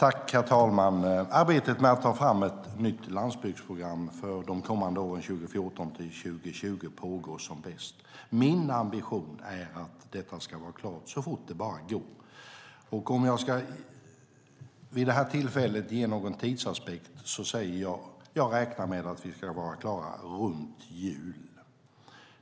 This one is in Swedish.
Herr talman! Arbetet med att ta fram ett nytt landsbygdsprogram för de kommande åren, 2014-2020, pågår som bäst. Min ambition är att detta ska vara klart så fort det bara går. Om jag vid det här tillfället ska anlägga en tidsaspekt säger jag att jag räknar med att vi ska vara klara runt jul.